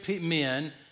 men